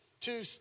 two